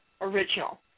Original